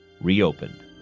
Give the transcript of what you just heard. reopened